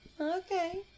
Okay